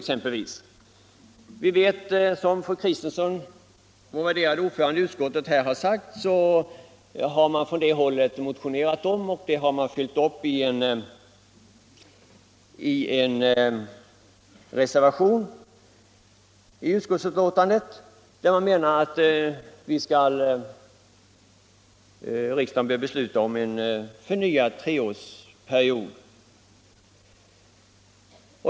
Som fru Kristensson, vår värderade ordförande i utskottet, här har sagt, har man från moderat håll i en motion, som man följt upp i en reservation till utskottsbetänkandet, hävdat att riksdagen bör besluta om en förnyad treårsperiod.